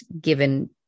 given